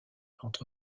entre